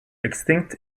extinct